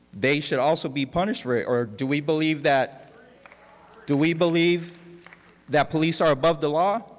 they should also be punished for it, or do we believe that do we believe that police are above the law?